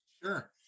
Sure